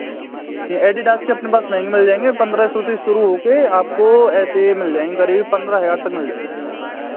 यह एडीडास के अपने पास महँगे मिल जाएँगे पन्द्रह सौ से शुरू होकर आपको ऐसे मिल जाएँगे करीब पन्द्रह हज़ार तक मिल जाएँगे